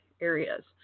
areas